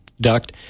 duct